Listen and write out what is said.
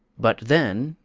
but, then,